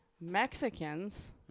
Mexicans